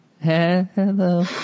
hello